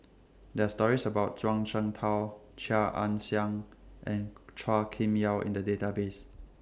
There Are stories about Zhuang Shengtao Chia Ann Siang and Chua Kim Yeow in The Database